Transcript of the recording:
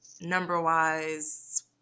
number-wise